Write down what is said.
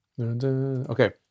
Okay